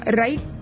right